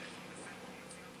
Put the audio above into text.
(החלה על בתי-הדין לביקורת משמורת), התשע"ב 2012,